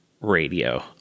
radio